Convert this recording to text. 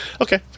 Okay